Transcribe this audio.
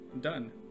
done